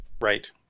Right